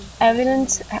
Evidence